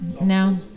No